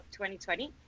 2020